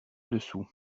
dessous